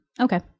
Okay